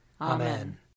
Amen